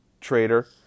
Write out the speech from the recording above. trader